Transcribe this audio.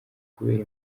kubera